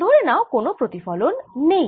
ধরে নাও কোন প্রতিফলন নেই